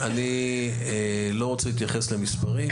אני לא רוצה להתייחס למספרים.